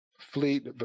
fleet